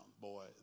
Boy